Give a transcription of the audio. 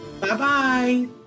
Bye-bye